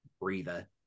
breather